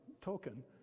token